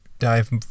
dive